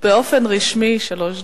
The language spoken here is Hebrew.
באופן רשמי שלוש דקות.